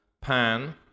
pan